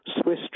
swiss